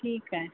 ठीकु आहे